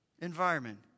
environment